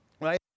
right